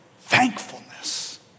thankfulness